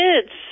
kids